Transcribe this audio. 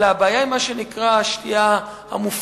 אלא הבעיה היא עם מה שנקרא שתייה מופרזת,